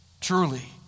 truly